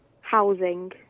housing